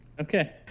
Okay